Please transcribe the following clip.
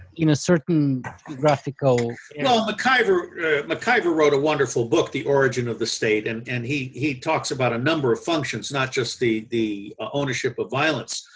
in a certain graphical. you know well mciver wrote a wonderful book, the origin of the state and and he he talks about a number of functions not just the the ownership of violence.